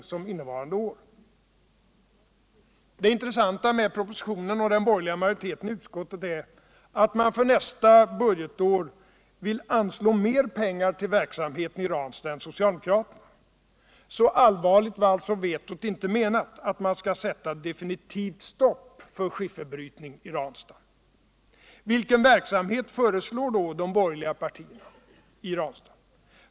Det intressanta med propositionen och den borgerliga majoriteten i utskottet är att man för nästa budgetår vill anslå mer pengar till verksamheten i Ranstad än socialdemokraterna. Så allvarligt var alltså inte vetot menat, att man skulle sätta definitivt stopp för skifferbrytning i Ranstad. Vilken verksamhet föreslår då de borgerliga partierna i Ranstad?